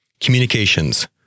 Communications